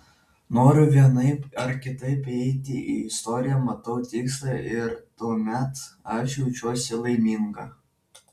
noriu vienaip ar kitaip įeiti į istoriją matau tikslą ir tuomet aš jaučiuosi laiminga